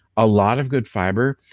a lot of good fiber,